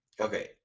Okay